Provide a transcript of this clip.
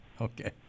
okay